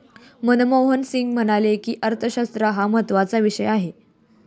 मनमोहन सिंग म्हणाले की, अर्थशास्त्र हा महत्त्वाचा विषय आहे